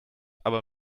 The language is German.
aber